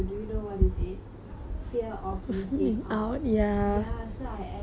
fear of missing out ya so I actually can't like